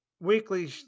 Weekly